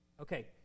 Okay